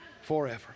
forever